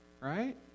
right